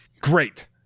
Great